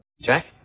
Jack